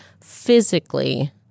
physically